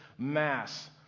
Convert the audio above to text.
mass